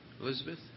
Elizabeth